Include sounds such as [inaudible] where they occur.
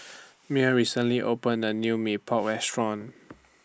[noise] Mearl recently opened A New Mee Pok Restaurant